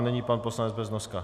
Nyní pan poslanec Beznoska.